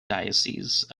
diocese